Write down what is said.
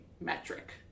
metric